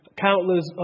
countless